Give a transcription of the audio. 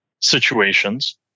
situations